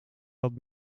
dat